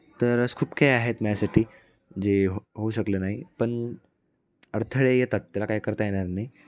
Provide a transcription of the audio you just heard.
तर असं खूप काही आहेत माझ्यासाठी जे हो होऊ शकलं नाही पण अडथळे येतात त्याला काय करता येणार नाही